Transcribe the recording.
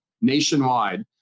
nationwide